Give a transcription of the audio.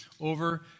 over